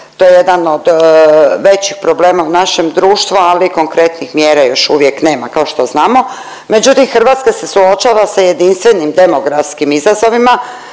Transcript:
to je jedan od većih problema u našem društvu, ali konkretnih mjera još uvijek nema. Kao što znamo, međutim, Hrvatska se suočava sa jedinstvenim demografskim izazovima